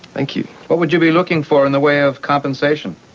thank you. what would you be looking for in the way of compensation?